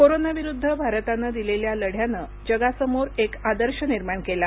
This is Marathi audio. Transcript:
कोरोनाविरुद्ध भारतानं दिलेल्या लढ्यानं जगासमोर एक आदर्श निर्माण केला